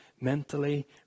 mentally